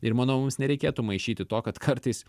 ir manau mums nereikėtų maišyti to kad kartais